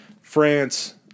France